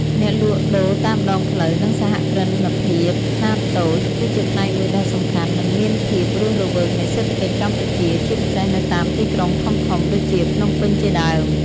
អ្នកលក់ដូរតាមដងផ្លូវ និងសហគ្រិនភាពខ្នាតតូច គឺជាផ្នែកមួយដ៏សំខាន់ និងមានភាពរស់រវើកនៃសេដ្ឋកិច្ចកម្ពុជា ជាពិសេសនៅតាមទីក្រុងធំៗដូចជាភ្នំពេញជាដើម ។